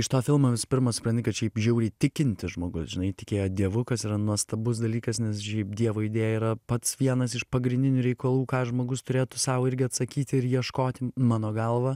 iš to filmo visų pirma supranti kad šiaip žiauriai tikintis žmogus žinai tikėjo dievu kas yra nuostabus dalykas nes šiaip dievo idėja yra pats vienas iš pagrindinių reikalų ką žmogus turėtų sau irgi atsakyti ir ieškoti mano galva